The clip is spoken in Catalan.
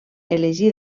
elegir